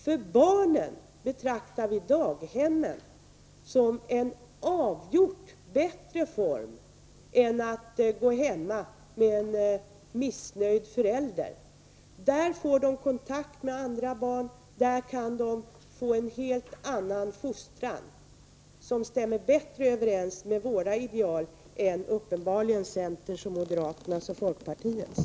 För barnen betraktar vi en daghemsplats som avgjort bättre än att de skall gå hemma med en missnöjd förälder. På daghemmen får de kontakt med andra barn, och där kan de få en helt annan fostran, som uppenbarligen stämmer bättre överens med våra idéer än med centerns, moderaternas och folkpartiets.